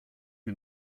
que